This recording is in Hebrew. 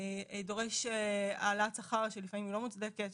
דורש העלאת שכר שלפעמים היא לא מוצדקת,